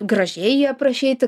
gražiai jį aprašyti